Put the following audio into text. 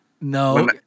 No